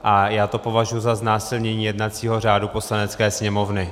A já to považuji za znásilnění jednacího řádu Poslanecké sněmovny.